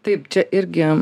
taip čia irgi